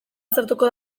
aztertuko